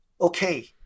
okay